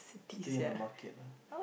still in the market ah